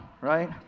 right